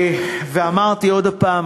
ואמרתי עוד הפעם,